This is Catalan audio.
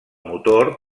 motor